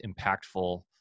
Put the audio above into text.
impactful